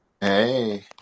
Hey